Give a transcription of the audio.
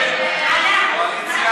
ההצעה